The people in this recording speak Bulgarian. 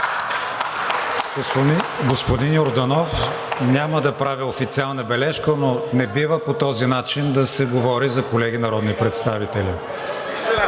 Господин Йорданов, няма да правя официална бележка, но не бива по този начин да се говори за колеги народни представители.